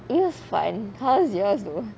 it was fun how's yours though